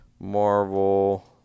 Marvel